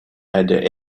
had